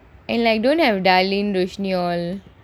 don't have darlene roshni all